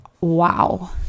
wow